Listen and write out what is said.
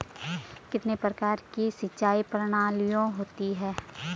कितने प्रकार की सिंचाई प्रणालियों होती हैं?